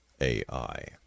AI